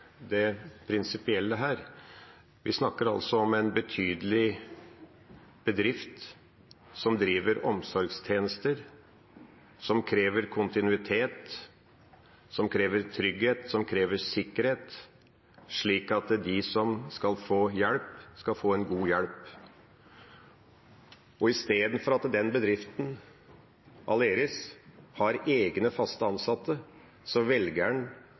prinsipielle her. Vi snakker om en betydelig bedrift, som driver omsorgstjenester, noe som krever kontinuitet, trygghet og sikkerhet, slik at de som skal få hjelp, skal få god hjelp. I stedet for at bedriften, Aleris, har egne fast ansatte,